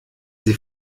sie